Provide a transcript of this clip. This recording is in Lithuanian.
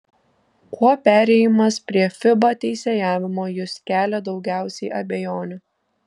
kuo perėjimas prie fiba teisėjavimo jus kelia daugiausiai abejonių